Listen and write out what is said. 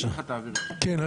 כן,